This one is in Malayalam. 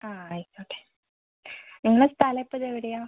ആ ആയിക്കോട്ടെ നിങ്ങളെ സ്ഥലം ഇപ്പോൾ ഇത് എവിടെയാണ്